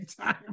time